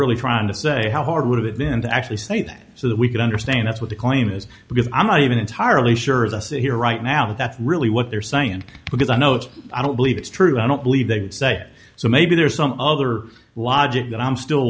really trying to say how hard would it then to actually say that so that we can understand that's what the claim is because i'm not even entirely sure the here right now that that's really what they're saying because i know it's i don't believe it's true i don't believe they say so maybe there's some other logic that i'm still